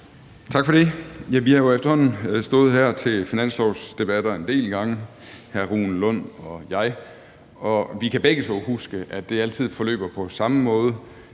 Tak for det. Vi har efterhånden stået her til finanslovsdebatter en del gange, hr. Rune Lund og jeg, og vi kan begge to huske, at det altid forløber på samme måde: